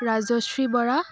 Rajashree Bora